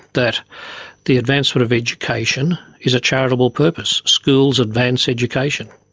that the advancement of education is a charitable purpose. schools advance education.